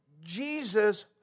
Jesus